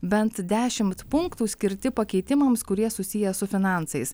bent dešimt punktų skirti pakeitimams kurie susiję su finansais